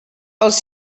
els